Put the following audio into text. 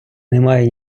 немає